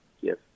yes